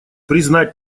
признать